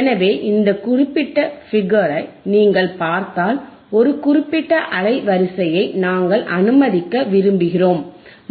எனவே இந்த குறிப்பிட்ட ஃபிகரை நீங்கள் பார்த்தால் ஒரு குறிப்பிட்ட அலைவரிசையை நாங்கள் அனுமதிக்க விரும்புகிறோம்